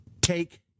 Take